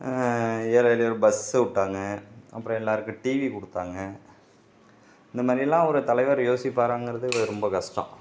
ஏழை எளியோருக்கு பஸ் விட்டாங்க அப்புறம் எல்லாேருக்கும் டிவி கொடுத்தாங்க இந்த மாதிரிலாம் ஒரு தலைவர் யோசிப்பாராங்கிறது ரொம்ப கஷ்டம்